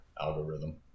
algorithm